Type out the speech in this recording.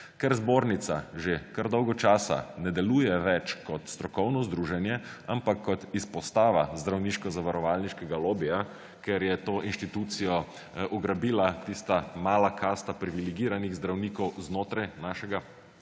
Ker zbornica že kar dolgo časa ne deluje več kot strokovno združenje, ampak kot izpostava zdravniško zavarovalniškega lobija, ker je to inštitucijo ugrabila tista mala kasta privilegiranih zdravnikov znotraj našega zdravstvenega